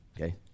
Okay